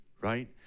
right